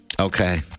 Okay